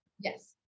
yes